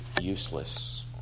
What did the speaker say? useless